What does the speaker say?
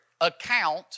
account